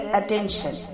attention